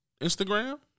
Instagram